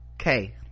Okay